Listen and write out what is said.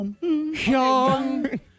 young